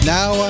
Now